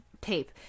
tape